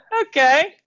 okay